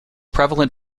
prevalent